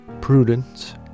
prudence